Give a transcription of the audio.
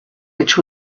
which